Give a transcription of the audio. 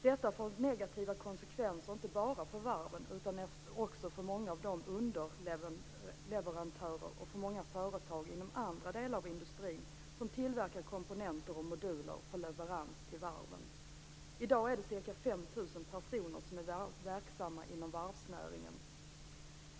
Detta får negativa konsekvenser inte bara för varven utan också för många underleverantörer och för företag inom andra delar av industrin som tillverkar komponenter och moduler för leverans till varven. I dag är ca 5 000 personer verksamma inom varvsnäringen.